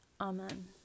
Amen